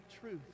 truth